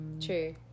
true